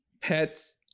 pets